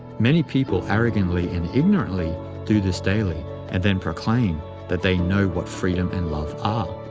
many people arrogantly and ignorantly do this daily and then proclaim that they know what freedom and love ah